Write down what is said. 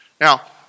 Now